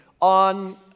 on